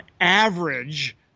average